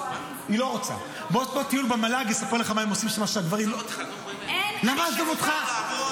זה לא נכון.